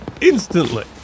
Instantly